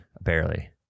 Barely